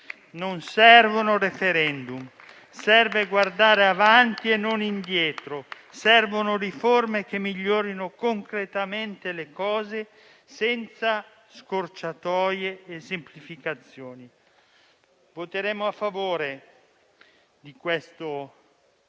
Non servono *referendum*, serve guardare avanti e non indietro, servono riforme che migliorino concretamente le cose senza scorciatoie e semplificazioni. Voteremo a favore del disegno di legge.